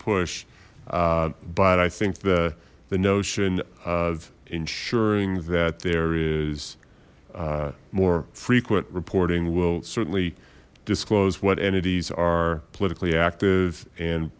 push but i think the the notion of ensuring that there is more frequent reporting will certainly disclose what entities are politically active